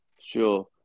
sure